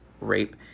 rape